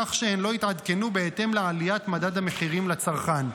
כך שהן לא יתעדכנו בהתאם לעליית מדד המחירים לצרכן.